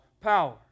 power